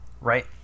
right